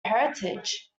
heritage